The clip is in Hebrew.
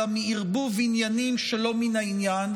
אלא מערבוב עניינים שלא מן העניין,